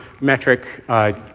metric